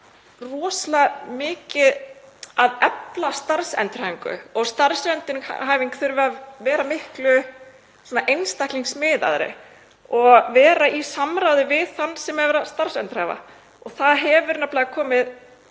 rosalega mikið að efla starfsendurhæfingu og að starfsendurhæfing þurfi að vera miklu einstaklingsmiðaðri og í samráði við þann sem er verið að starfsendurhæfa. Það eru dæmi